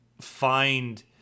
find